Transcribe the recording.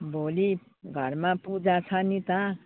भोलि घरमा पूजा छ नि त